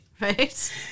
Right